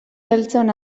beltzon